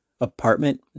apartment